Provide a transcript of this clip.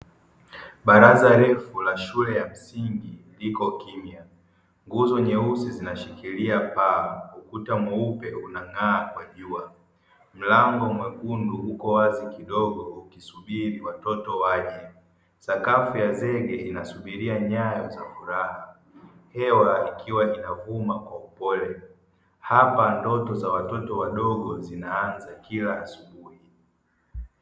Baraza refu la shule ya msingi liko kimya. Nguzo nyeusi zinashikiria paa, ukuta mweupe unang'aa kwa jua. Mlango mwekundu uko wazi kidogo ukisubiri watoto waje. Sakafu ya zege inasubiria nyayo za furaha, hewa ikiwa inavuma kwa upole hapa ndoto za watoto wadogo zinaanza kila asubuhi.